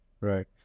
Right